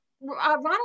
Ronald